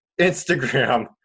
Instagram